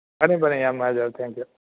ꯐꯅꯤ ꯐꯅꯤ ꯌꯥꯝ ꯅꯨꯡꯉꯥꯏꯖꯔꯦ ꯊꯦꯡꯀ꯭ꯌꯨ